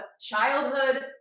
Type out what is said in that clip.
childhood